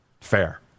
Fair